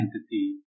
entity